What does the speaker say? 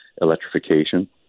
electrification